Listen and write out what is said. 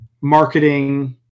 marketing